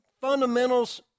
fundamentals